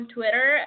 Twitter